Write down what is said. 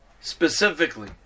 specifically